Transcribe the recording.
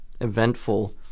eventful